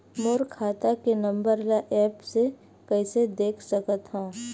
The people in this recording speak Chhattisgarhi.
मोर खाता के नंबर ल एप्प से कइसे देख सकत हव?